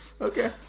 Okay